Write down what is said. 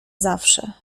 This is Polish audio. zawsze